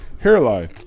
hairline